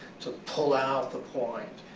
to pull out the point,